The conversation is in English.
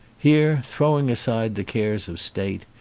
here throwing aside the cares of state,